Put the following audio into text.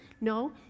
No